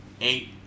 eight